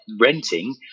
renting